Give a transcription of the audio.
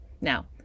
Now